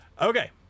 okay